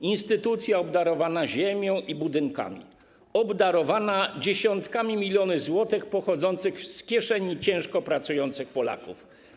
To instytucja obdarowana ziemią i budynkami, obdarowana dziesiątkami milionów złotych pochodzących z kieszeni ciężko pracujących Polaków.